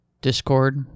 Discord